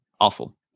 awful